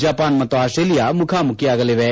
Japan ಮತ್ತು Australia ಮುಖಾಮುಖಿಯಾಗಲಿವೆ